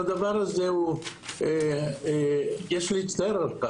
הדבר הזה, יש להצטער עליו,